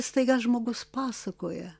staiga žmogus pasakoja